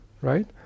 right